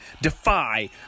Defy